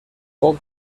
poc